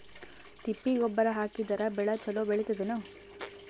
ತಿಪ್ಪಿ ಗೊಬ್ಬರ ಹಾಕಿದರ ಬೆಳ ಚಲೋ ಬೆಳಿತದೇನು?